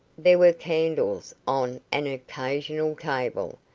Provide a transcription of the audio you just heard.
there were candles on an occasional table,